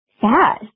sad